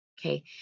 Okay